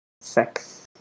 Sex